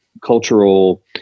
cultural